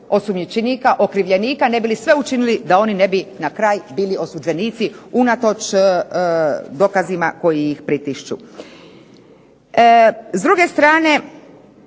osumnjičenika, okrivljenika, ne bi li sve učinili da oni ne bi na kraju bili osuđenici unatoč dokazima koji ih pritišću. S druge strane